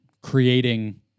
creating